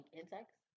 insects